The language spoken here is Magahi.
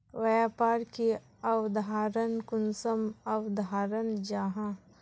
व्यापार की अवधारण कुंसम अवधारण जाहा?